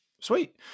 Sweet